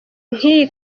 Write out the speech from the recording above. nkiyi